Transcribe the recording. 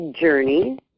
journey